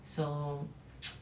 so